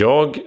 Jag